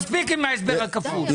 מספיק עם ההסבר הכפול,